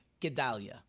Gedalia